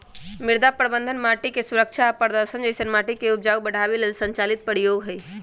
मृदा प्रबन्धन माटिके सुरक्षा आ प्रदर्शन जइसे माटिके उपजाऊ बढ़ाबे लेल संचालित प्रयोग हई